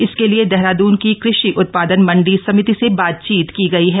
इसके लिये देहरादून की कृषि उत्पादन मंडी समिति से बातचीत की गई है